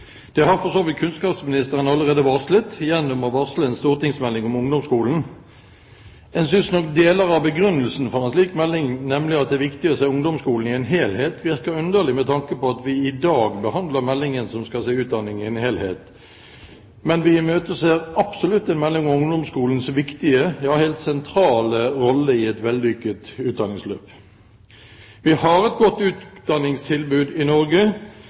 Det har for så vidt kunnskapsministeren allerede varslet gjennom å varsle en stortingsmelding om ungdomsskolen. Jeg synes nok deler av begrunnelsen for en slik melding, nemlig at det er viktig å se ungdomsskolen i en helhet, virker underlig med tanke på at vi i dag behandler meldingen som skal se utdanning i en helhet, men vi imøteser absolutt en melding om ungdomsskolens viktige, ja helt sentrale rolle i et vellykket utdanningsløp. Vi har et godt utdanningstilbud i Norge,